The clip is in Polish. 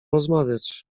rozmawiać